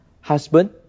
husband